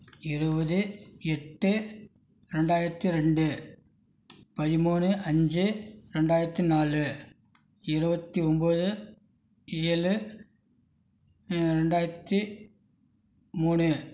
இருபது எட்டு ரெண்டாயிரத்து ரெண்டு பதிமூணு அஞ்சு ரெண்டாயிரத்து நாலு இருபத்தி ஒம்பது ஏழு ரெண்டாயிரத்து மூணு